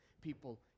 people